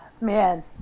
man